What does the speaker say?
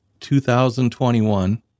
2021